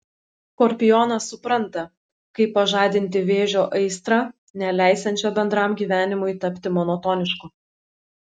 skorpionas supranta kaip pažadinti vėžio aistrą neleisiančią bendram gyvenimui tapti monotonišku